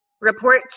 report